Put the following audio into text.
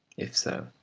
if so,